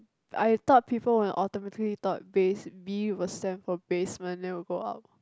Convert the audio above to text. I thought people will automatically thought base B will stand for basement then will go out